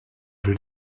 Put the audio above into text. did